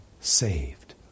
saved